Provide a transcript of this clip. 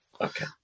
Okay